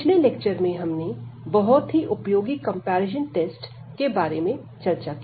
पिछले लेक्चर में हमने बहुत ही उपयोगी कंपैरिजन टेस्ट के बारे में चर्चा की